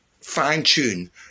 fine-tune